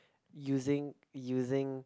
using using